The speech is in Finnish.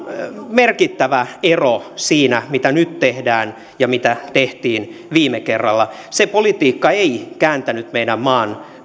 merkittävä ero siinä mitä nyt tehdään ja mitä tehtiin viime kerralla se politiikka ei kääntänyt meidän maan